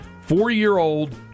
Four-year-old